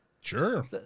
Sure